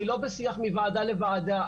אני לא בשיח מוועדה לוועדה,